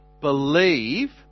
believe